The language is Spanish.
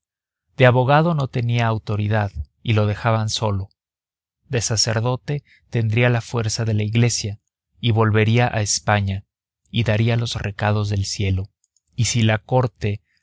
de abogado no tenía autoridad y lo dejaban solo de sacerdote tendría la fuerza de la iglesia y volvería a españa y daría los recados del cielo y si la corte